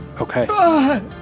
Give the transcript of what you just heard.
Okay